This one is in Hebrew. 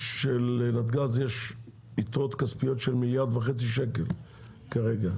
שלנתג"ז יש יתרות כספיות של מיליארד וחצי שקל כרגע.